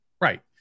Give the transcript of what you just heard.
Right